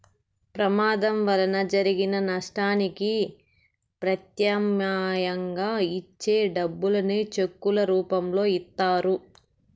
ప్రమాదం వలన జరిగిన నష్టానికి ప్రత్యామ్నాయంగా ఇచ్చే డబ్బులను చెక్కుల రూపంలో ఇత్తారు